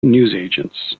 newsagents